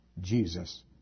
Jesus